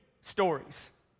stories